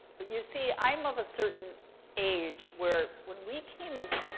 but you see, i'm of a certain age where, when we came of